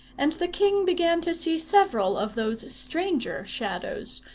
and the king began to see several of those stranger shadows,